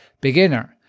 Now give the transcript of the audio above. beginner